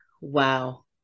Wow